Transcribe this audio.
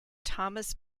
thomas